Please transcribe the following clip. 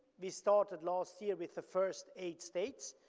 we started last year with the first eight states